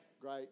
Great